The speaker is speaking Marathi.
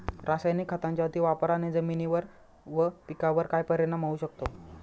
रासायनिक खतांच्या अतिवापराने जमिनीवर व पिकावर काय परिणाम होऊ शकतो?